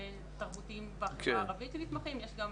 יש גם